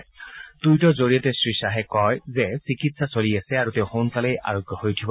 এটা টুইটৰ জৰিয়তে শ্ৰীশ্বাহে কয় যে চিকিৎসা চলি আছে আৰু তেওঁ সোনকালেই আৰোগ্য হৈ উঠিব